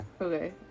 Okay